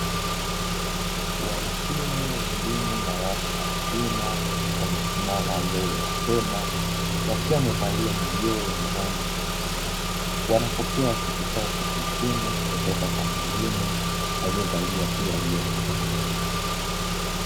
Wahitimu elimu ya watu wazima, wamesimama mbele ya hema wakiwa wamevalia majoho yenye rangi nyeusi, wanapokea cheti chao cha kuhitimu kutoka kwa mwalimu aliyevalia pia joho.